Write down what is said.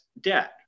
debt